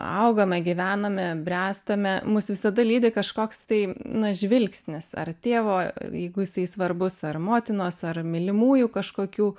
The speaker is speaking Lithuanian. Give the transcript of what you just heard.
augame gyvename bręstame mus visada lydi kažkoks tai na žvilgsnis ar tėvo jeigu jisai svarbus ar motinos ar mylimųjų kažkokių